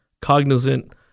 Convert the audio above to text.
cognizant